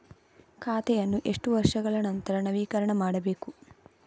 ಖಾತೆಯನ್ನು ಎಷ್ಟು ವರ್ಷಗಳ ನಂತರ ನವೀಕರಣ ಮಾಡಬೇಕು?